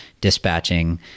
dispatching